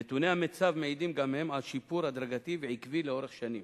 נתוני המיצ"ב מעידים גם הם על שיפור הדרגתי ועקבי לאורך שנים,